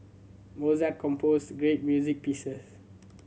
Mozart composed great music pieces